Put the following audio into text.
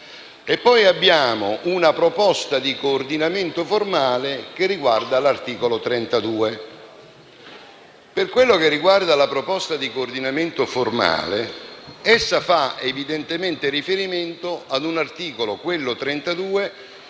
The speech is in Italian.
e poi una proposta di coordinamento formale che riguarda l'articolo 32. Per quanto riguarda la proposta di coordinamento formale, essa fa evidentemente riferimento all'articolo 32,